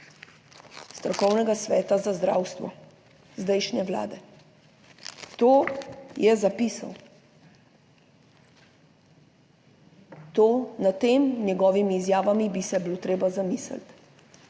Strokovnega sveta za zdravstvo zdajšnje vlade. To je zapisal. To, nad temi njegovimi izjavami bi se bilo treba zamisliti,